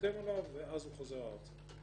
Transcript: חותם עליו, ואז הוא חוזר ארצה.